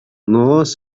сомневаюсь